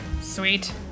Sweet